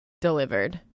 delivered